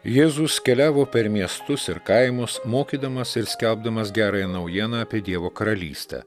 jėzus keliavo per miestus ir kaimus mokydamas ir skelbdamas gerąją naujieną apie dievo karalystę